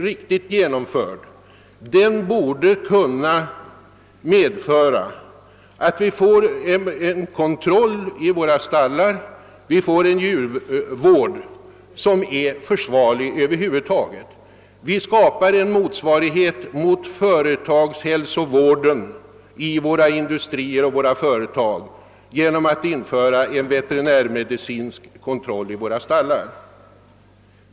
Riktigt genomförda, borde förslagen i den propositionen kunna leda till en tillfredsställande kontroll av våra stallar och en god djurvård. Vi skapar på så sätt en motsvarighet inom djurvården till företagshälsovården i våra industrier och företag, när vi får en veterinärmedicinsk kontroll i våra stallar.